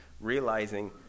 realizing